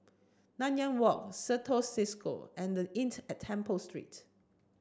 Nanyang Walk Certis Cisco and The Inn at Temple Street